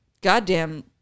goddamn